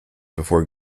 before